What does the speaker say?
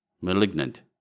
malignant